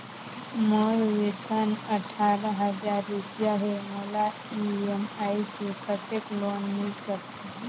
मोर वेतन अट्ठारह हजार रुपिया हे मोला ई.एम.आई मे कतेक लोन मिल सकथे?